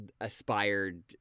aspired